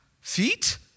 feet